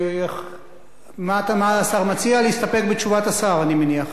מה השר מציע, להסתפק בתשובת השר אני מניח, כן?